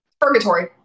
purgatory